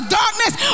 darkness